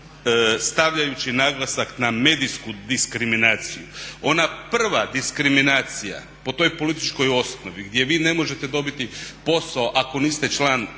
stavljajući naglasak na medijsku diskriminaciju. Ona prva diskriminacija po toj političkoj osnovi gdje vi ne možete dobiti posao ako niste član